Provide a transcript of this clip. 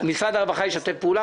משרד הרווחה ישתף פעולה.